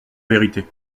vérité